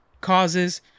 causes –